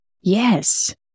Yes